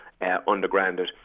undergrounded